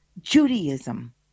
Judaism